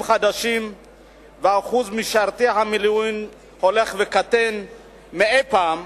חדשים ואחוז משרתי המילואים הולך וקטן מאי-פעם,